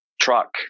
truck